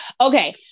Okay